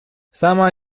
sama